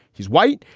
he's white.